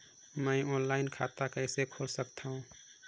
मैं ऑनलाइन खाता कइसे खोल सकथव?